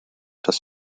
das